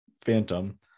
phantom